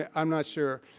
ah i'm not sure.